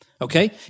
okay